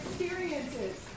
experiences